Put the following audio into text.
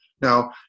Now